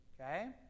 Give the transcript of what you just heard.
Okay